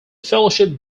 fellowship